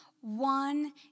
one